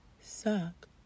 suck